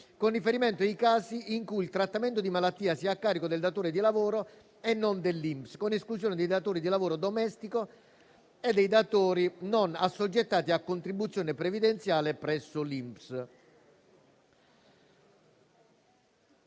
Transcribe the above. con riferimento ai casi in cui il trattamento di malattia sia a carico del datore di lavoro e non dell'INPS. Si stabilisce altresì l'esclusione dei datori di lavoro domestico e dei datori non assoggettati a contribuzione previdenziale presso l'INPS.